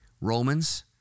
Romans